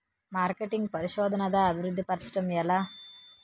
marketing పరిశోధనదా అభివృద్ధి పరచడం ఎలా